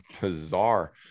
bizarre